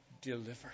delivered